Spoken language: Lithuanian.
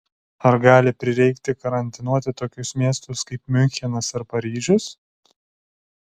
ar gali prireikti karantinuoti tokius miestus kaip miunchenas ar paryžius